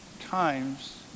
times